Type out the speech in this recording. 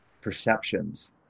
perceptions